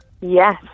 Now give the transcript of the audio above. Yes